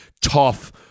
tough